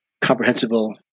comprehensible